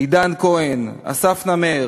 עידן כהן, אסף נמר,